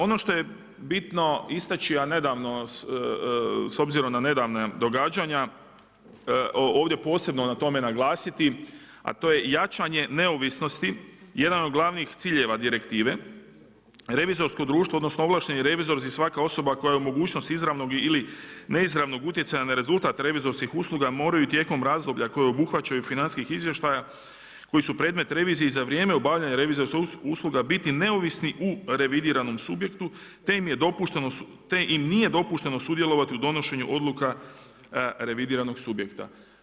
Ono što je bitno istači a s obzirom na nedavna događanja, ovdje posebno na tome naglasiti a to je jačanje neovisnosti, jedan od glavnih ciljeva direktive revizorsko društvo odnosno ovlašteni revizorci, svaka osoba koja je u mogućnosti izravnog ili neizravnog utjecaja na rezultat revizorskih usluga moraju tijekom razdoblja koje obuhvaćaju i financijskih izvještaja koji su predmet revizije i za vrijeme obavljanja revizorskih usluga biti neovisni u revidiranom subjektu te im nije dopušteno sudjelovati u donošenju odluka revidiranog subjekta.